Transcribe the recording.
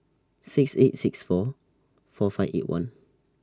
six eight six four four five eight one